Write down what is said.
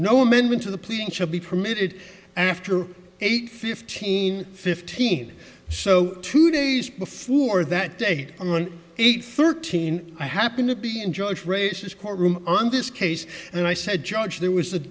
no amendment to the pleading should be permitted after eight fifteen fifteen so two days before that date on eight thirteen i happen to be enjoyed races courtroom on this case and i said judge there was a